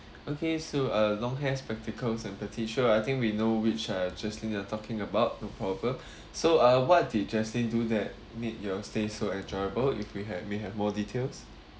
okay so uh long hair spectacles and the T-shirt I think we know which uh jaslyn you are talking about no problem so uh what did jaslyn do that made your stay so enjoyable if we have may have more details